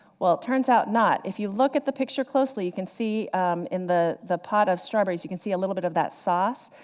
well it turns out not. if you look at the picture closely, you can see in the the pot of strawberries, you can see a little bit of that sauce.